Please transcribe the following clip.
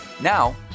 Now